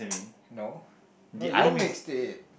no no you mixed it